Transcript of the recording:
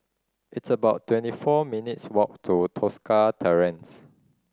it's about twenty four minutes' walk to Tosca Terrace